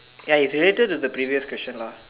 ya it's related to the previous question lah